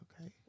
okay